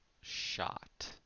shot